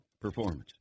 performance